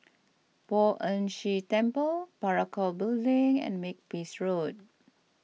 Poh Ern Shih Temple Parakou Building and Makepeace Road